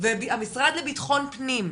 והמשרד לביטחון פנים,